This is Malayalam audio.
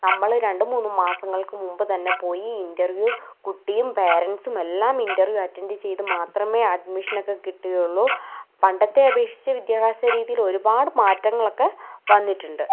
നമ്മൾ രണ്ട് മൂന്ന് മാസങ്ങൾക്കു മുൻപു തന്നെ പോയി ഇൻറ്റർവ്യൂ കുട്ടിയും പേരെന്റ്സും എല്ലാം ഇൻറ്റർവ്യൂ അറ്റൻഡ് ചെയ്താൽ മാത്രമേ അഡ്മിഷനൊക്കെ കിട്ടുകയുള്ളു പണ്ടത്തെ അപേക്ഷിച്ച് വിദ്യാഭ്യാസ രീതിയിൽ ഒരുപാട് മാറ്റങ്ങളൊക്കെ വന്നിട്ടുണ്ട്